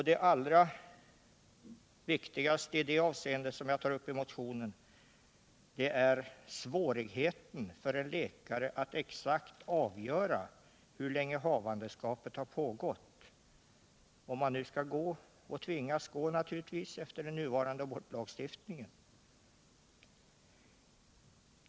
Det viktigaste som jag i det sammanhanget tar upp i motionen är svårigheten för en läkare att, när han nu tvingas följa den nuvarande abortlagstiftningen, exakt avgöra hur länge havandeskapet har pågått.